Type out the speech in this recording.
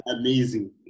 amazing